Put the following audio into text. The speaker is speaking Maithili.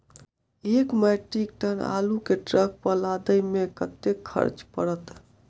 एक मैट्रिक टन आलु केँ ट्रक पर लदाबै मे कतेक खर्च पड़त?